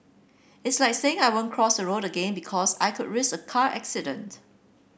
it's like saying I won't cross a road again because I could risk a car accident